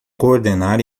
coordenar